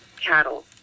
cattle